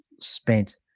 spent